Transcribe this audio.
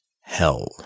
hell